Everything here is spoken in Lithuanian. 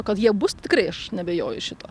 kad jie bus tikrai aš neabejoju šituo